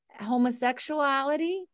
homosexuality